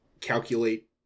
calculate